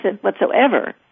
whatsoever